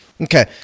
Okay